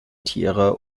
tiere